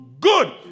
Good